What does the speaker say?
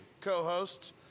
co-hosts